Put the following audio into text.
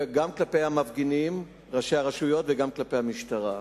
גם כלפי המפגינים, ראשי הרשויות, וגם כלפי המשטרה.